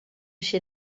chez